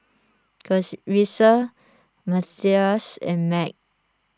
Casrisa Matthias and Meg